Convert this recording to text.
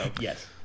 yes